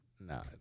No